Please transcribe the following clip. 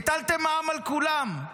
הטלתם מע"מ על כולם,